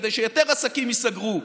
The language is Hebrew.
כדי שיותר עסקים ייסגרו,